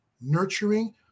nurturing